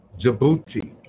Djibouti